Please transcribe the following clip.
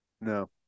No